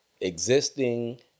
Existing